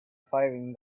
firing